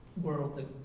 world